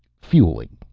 fueling,